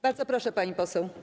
Bardzo proszę, pani poseł.